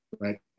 right